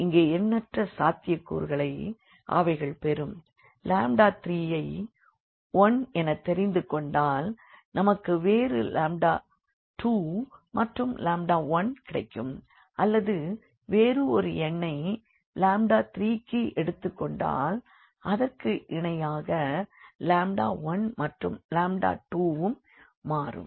இங்கே எண்ணற்ற சாத்தியக்கூறுகளை அவைகள் பெறும் 3 யை 1எனத் தெரிந்து கொண்டால் நமக்கு வேறு 2 மற்றும் 1கிடைக்கும் அல்லது வேறு ஒரு எண்ணை 3 க்கு எடுத்துக் கொண்டால் அதற்கு இணையாக 1 மற்றும் 2 வும் மாறும்